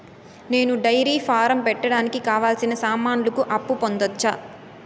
నేను dairy farm పెట్టడానికి కావాల్సిన సామాన్లకు అప్పు పొందొచ్చా?